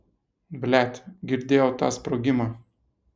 blet girdėjau tą sprogimą